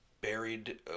buried